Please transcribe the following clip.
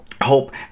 Hope